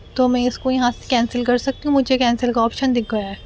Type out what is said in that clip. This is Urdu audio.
تو میں اس کو یہاں سے کینسل کر سکتی ہوں مجھے کینسل کا آپشن دکھ گیا ہے